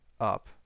up